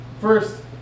first